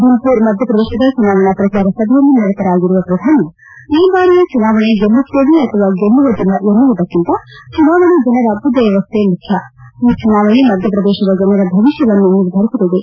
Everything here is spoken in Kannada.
ದಿನಪೂರ ಮಧ್ಯಪ್ರದೇಶದ ಚುನಾವಣಾ ಪ್ರಚಾರ ಸಭೆಯಲ್ಲಿ ನಿರತರಾಗಿರುವ ಪ್ರಧಾನಿ ಈ ಬಾರಿಯ ಚುನಾವಣೆ ಗೆಲ್ಲುತ್ತೇವೆ ಅಥವಾ ಗೆಲ್ಲುವುದಿಲ್ಲ ಎನ್ನುವುದಕ್ಕಿಂತ ಚುನಾವಣೆ ಜನರ ಅಭ್ಯುದಯವಷ್ಟೇ ಮುಖ್ಯ ಈ ಚುನಾವಣೆ ಮಧ್ಯಪ್ರದೇಶದ ಜನರ ಭವಿಷ್ಣವನ್ನು ನಿರ್ಧರಿಸಲಿದೆ